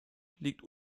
liegt